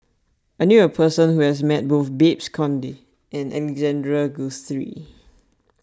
I knew a person who has met both Babes Conde and Alexander Guthrie